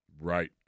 Right